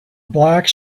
black